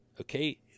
Okay